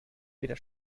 weder